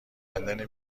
کندن